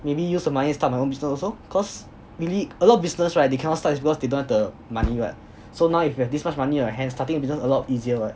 maybe use the money to start my own business also cause really a lot of business right they cannot start is cause they don't have the money what so now you have this much money in your hands starting business is a lot easier what